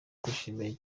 twishimye